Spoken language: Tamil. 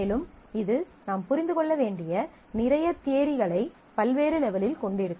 மேலும் இது நாம் புரிந்து கொள்ள வேண்டிய நிறைய தியரிகளை பல்வேறு லெவலில் கொண்டிருக்கும்